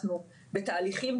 אנחנו בתהליכים,